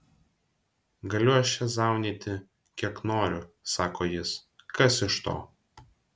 galiu aš čia zaunyti kiek noriu sako jis kas iš to